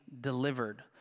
delivered